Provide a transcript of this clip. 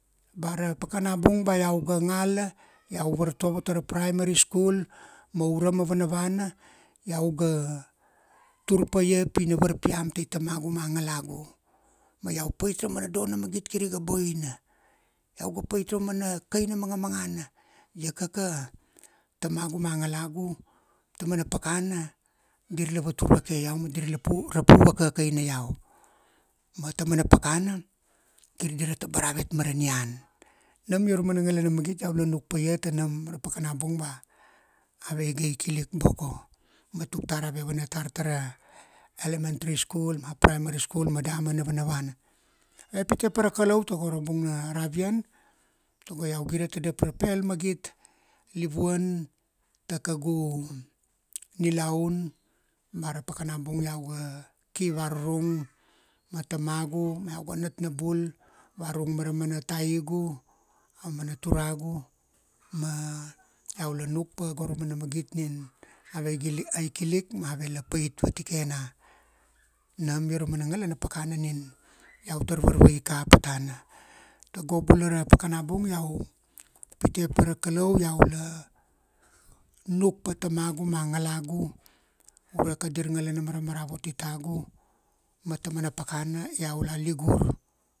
Ba ra pakana bung ba iau ga ngala, iau vartovo tara primary school ma urama vanavana, iau ga, tur pa ia pi iauga varpiam taitamagu ma ngalagu. Ma iau pait raumana do na magit kir iga boina. Iau ga pait taumana kaina mangamangana, iakaka tamagu ma ngalagu, taumana pakana dir la vatur vake iau ma dir la rapu vakakaina iau. Ma taumana pakana kir dira tabar avet mara nian. Nam ia ra mana ngalana magit iau la nuk paia tanam ra pakana bung ba, ave ga ikilik boko, ma tuk tar ave vana tar tara elementary school ma primary school ma damana vanavana. Iau pitepa ra Kalou tago ra bung na ravian togo iau gire tadav ra pel magit, livuan ta kaugu nilaun ba ra pakana bung iau ga ki varurung ma tamagu ma iau ga nat na bul, varurung ma ra mana taigu, aumana turagu ma iau la nuk pa go ra mana magit nin ave ga a ikilik ma ave la pait vatikena. Nam ia ra mana ngalana pakana nin iau tar varvai kapa tana. Togo bula ra pakana bung iau pitepa ra Kalou iau la nuk pa tamagu ma ngalagu, ure kadir ngalana maramaravuti tagu, ma taumana pakana iau la ligur